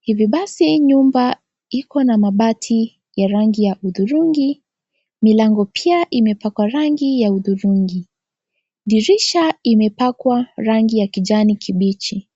Hivi basi nyumba iko na mabati ya rangi ya hudhurungi. Milango pia imepakwa rangi ya hudhurungi. Dirisha imepakwa rangi ya kijani kibichi.